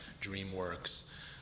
DreamWorks